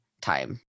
time